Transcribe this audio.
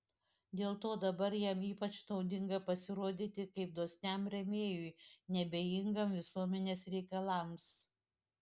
dėl to dabar jam ypač naudinga pasirodyti kaip dosniam rėmėjui neabejingam visuomenės reikalams